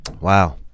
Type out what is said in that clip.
Wow